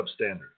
substandard